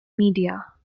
media